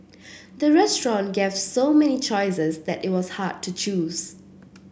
the restaurant gave so many choices that it was hard to choose